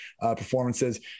performances